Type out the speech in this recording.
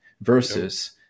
versus